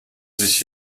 sich